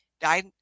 died